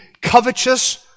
covetous